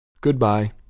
Goodbye